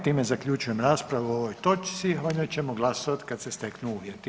Time zaključujem raspravu o ovoj točci, o njoj ćemo glasovat kad se steknu uvjeti.